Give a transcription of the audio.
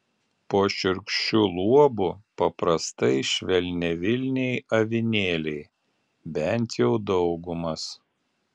po šiurkščiu luobu paprastai švelniavilniai avinėliai bent jau daugumas